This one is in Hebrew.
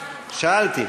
שאלתי.